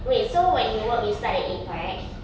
wait so when you work you start at eight correct